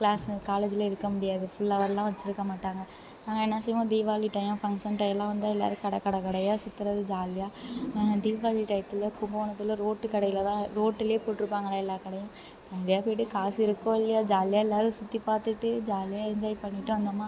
class காலேஜுலே இருக்க முடியாது ஃபுல் அவர்லாம் வெச்சிருக்க மாட்டாங்க நாங்கள் என்ன செய்வோம் தீபாளி டைம் ஃபங்க்ஷன் டைம்லாம் வந்தால் எல்லோரும் கடை கடை கடையாக சுத்துவது ஜாலியாக தீபாளி டையத்துல கும்பகோணத்தில் ரோட்டு கடையில் தான் ரோட்டுலேயே போட்டுருப்பாங்களா எல்லா கடையும் ஜாலியாக போய்ட்டு காசு இருக்கோ இல்லையோ ஜாலியாக எல்லோரும் சுற்றிப் பார்த்துட்டு ஜாலியாக என்ஜாய் பண்ணிவிட்டு வந்தோமா